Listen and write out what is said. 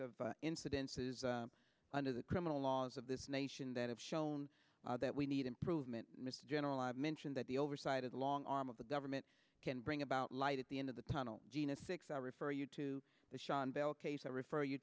of incidences under the criminal laws of this nation that have shown that we need improvement mr general i've mentioned that the oversight of the long arm of the government can bring about light at the end of the tunnel jena six i refer you to the sean bell case i refer you